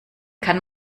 kann